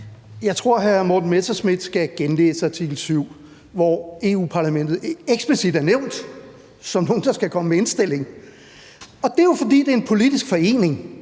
Jeg tror, at hr. Morten Messerschmidt skal genlæse artikel 7, hvori Europa-Parlamentet eksplicit er nævnt som nogle, der skal komme med indstilling. Det er jo, fordi det er en politisk forening,